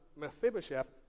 Mephibosheth